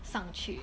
上去